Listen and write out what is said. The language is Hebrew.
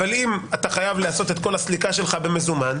אבל אם אתה חייב לעשות את כל הסליקה שלך במזומן,